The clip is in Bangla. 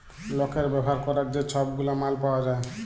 লকের ব্যাভার ক্যরার যে ছব গুলা মাল পাউয়া যায়